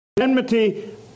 enmity